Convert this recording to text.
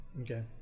Okay